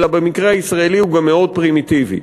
אלא במקרה הישראלי הוא גם מאוד פרימיטיבי.